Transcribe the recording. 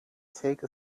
take